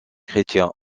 chrétien